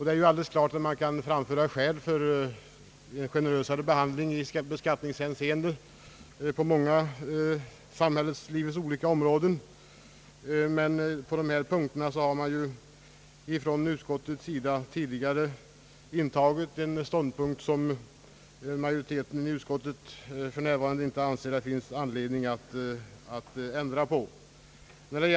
Det är alldeles klart att man kan anföra skäl för en generösare behandling i beskattningshänseende på många olika områden inom samhällslivet, men på dessa punkter har man från utskottets sida tidigare intagit en ståndpunkt, som majoriteten i utskottet för närvarande inte anser att det finns anledning att ändra på.